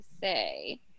say